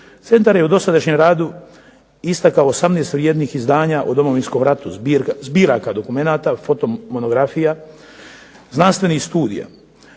Centar je u dosadašnjem radu istakao 18 vrijednih izdanja o Domovinskom ratu zbiraka dokumenata, fotomonografija, znanstvenih studija.